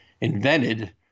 invented